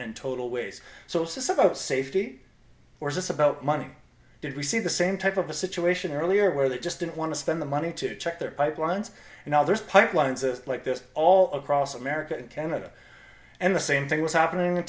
and total waste so sort of safety or is this about money did we see the same type of a situation earlier where they just didn't want to spend the money to check their pipelines and now there's pipelines of like this all across america and canada and the same thing was happening in